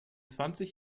zwanzig